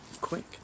quick